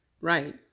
right